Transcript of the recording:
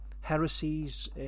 heresies